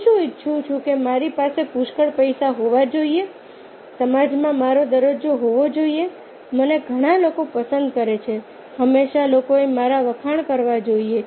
હું શું ઇચ્છું છું કે મારી પાસે પુષ્કળ પૈસા હોવા જોઈએ સમાજમાં મારો દરજ્જો હોવો જોઈએ મને ઘણા લોકો પસંદ કરે છે હંમેશા લોકોએ મારા વખાણ કરવા જોઈએ